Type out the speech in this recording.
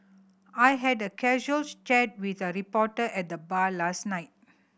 I had a casual chat with a reporter at the bar last night